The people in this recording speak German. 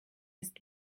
ist